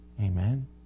Amen